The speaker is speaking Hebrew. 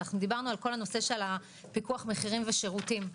דיברנו על כל הנושא של פיקוח המחירים והשירותים.